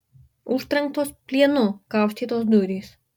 užtrenktos plienu kaustytos durys